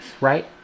right